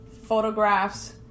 photographs